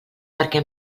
perquè